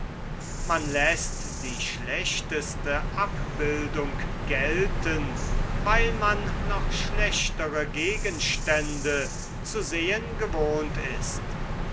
man läßt die schlechteste abbildung gelten weil man noch schlechtere gegenstände zu sehen gewohnt ist